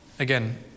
Again